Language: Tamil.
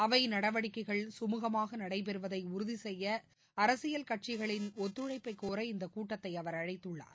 அவை நடவடிக்கைகள் சுமூகமாக நடைபெறுவதை உறுதி செய்ய அரசியல் கட்சிகளின் ஒத்துழைப்பை கோர இந்த கூட்டத்தை அவர் அழைத்துள்ளார்